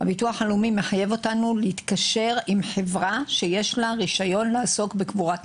הביטוח הלאומי מחייב אותנו להתקשר עם חברה שיש לה רישיון לעסוק בקבורה.